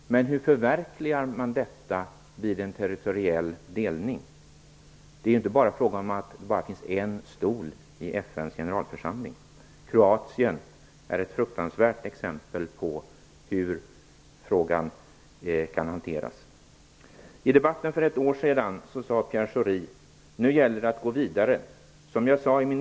Men hur förverkligar man detta vid en territoriell delning? Det är inte fråga om att det bara finns en stol i FN:s generalförsamling. Kroatien är ett fruktansvärt exempel på hur frågan kan hanteras. I debatten för ett år sedan sade Pierre Schori: Nu gäller det att gå vidare.